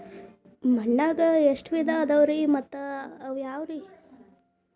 ಮಣ್ಣಾಗ ಎಷ್ಟ ವಿಧ ಇದಾವ್ರಿ ಮತ್ತ ಅವು ಯಾವ್ರೇ?